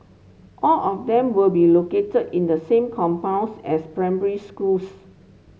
all of them will be located in the same compounds as primary schools